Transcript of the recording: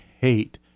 hate